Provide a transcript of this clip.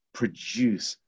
produce